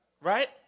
Right